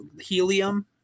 helium